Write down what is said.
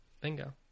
bingo